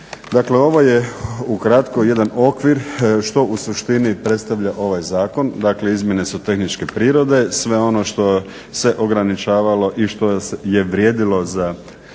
Dakle, ovo je ukratko jedan okvir što u suštini predstavlja ovaj zakon, dakle izmjene su tehničke prirode. Sve ono što se ograničavalo i što je vrijedilo za